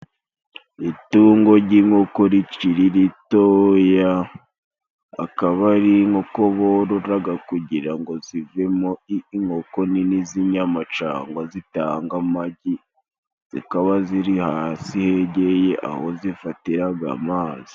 Itungo ry'inkoko rikiri ritoya akaba ari inkoko bororaga kugira ngo zivemo inkoko nini z'inyama cangwa zitanga amagi, zikaba ziri hasi hegeye aho zifatiraga amazi.